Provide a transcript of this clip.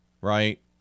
right